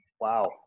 Wow